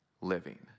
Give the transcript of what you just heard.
living